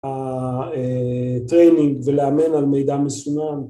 הטרנינג ולאמן על מידע מסוים